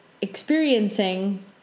experiencing